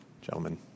gentlemen